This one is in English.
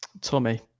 Tommy